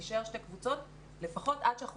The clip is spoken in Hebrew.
אלה יישארו שתי קבוצות לפחות עד שאנחנו